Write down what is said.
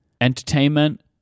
entertainment